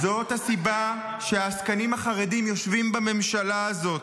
זו הסיבה שהעסקנים החרדים יושבים בממשלה הזו,